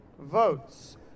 votes